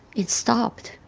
it stopped.